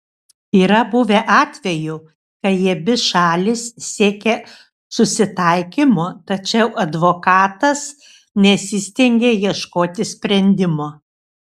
yra buvę atvejų kai abi šalys siekė susitaikymo tačiau advokatas nesistengė ieškoti sprendimo